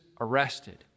arrested